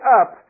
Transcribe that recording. up